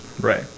Right